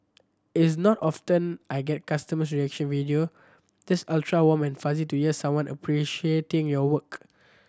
it's not often I get a customer reaction video just ultra warm and fuzzy to hear someone appreciating your work